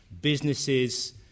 businesses